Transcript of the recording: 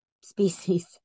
species